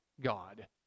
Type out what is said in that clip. God